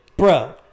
Bro